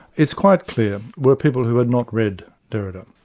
it's quite clear were people who had not read derrida.